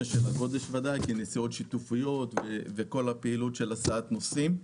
הגודש בגלל נסיעות שיתופיות ובכל הפעילות של הסעת נוסעים.